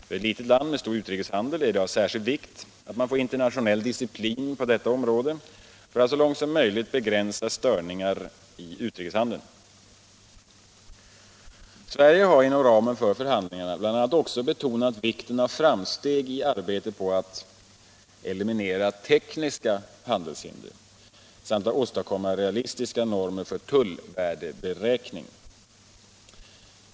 För ett litet land med stor utrikeshandel är det av särskild vikt att man får internationell disciplin på detta område för att så långt möjligt begränsa störningar i utrikeshandeln. Sverige har inom ramen för förhandlingarna bl.a. också betonat vikten av framsteg i arbetet på att eliminera tekniska handelshinder samt att åstadkomma realistiska normer för tullvärdeberäkning.